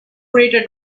crater